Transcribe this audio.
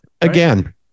Again